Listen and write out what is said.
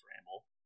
ramble